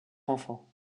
enfants